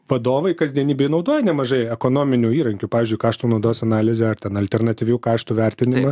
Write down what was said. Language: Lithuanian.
vadovai kasdienybėj naudoja nemažai ekonominių įrankių pavyzdžiui kaštų naudos analizę ar ten alternatyvių karštų vertinimą